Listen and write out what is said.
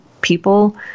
people